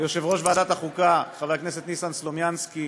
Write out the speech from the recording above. ליושב-ראש ועדת החוקה חבר הכנסת ניסן סלומינסקי